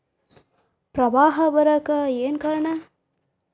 ಪ್ರವಾಹ ಬರಾಕ್ ಏನ್ ಕಾರಣ?